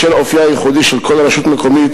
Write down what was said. בשל אופיה הייחודי של כל רשות מקומית,